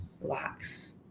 relax